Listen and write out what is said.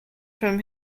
from